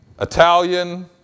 Italian